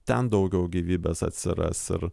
ten daugiau gyvybės atsiras ir